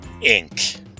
Inc